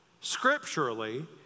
scripturally